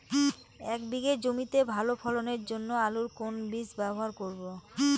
এক বিঘে জমিতে ভালো ফলনের জন্য আলুর কোন বীজ ব্যবহার করব?